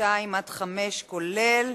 סעיף 2, כהצעת הוועדה, נתקבל.